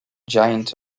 giant